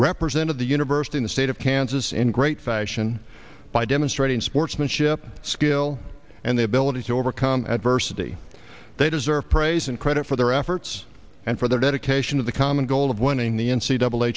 represented the university in the state of kansas in great fashion by demonstrating sportsmanship skill and the ability to overcome adversity they deserve praise and credit for their efforts and for their dedication of the common goal of winning the n c double a